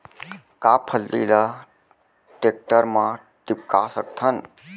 का फल्ली ल टेकटर म टिपका सकथन?